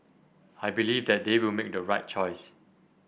I believe that they will make the right choice